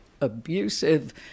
abusive